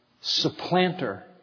Supplanter